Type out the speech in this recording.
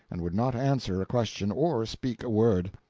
and would not answer a question or speak a word,